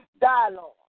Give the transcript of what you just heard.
dialogue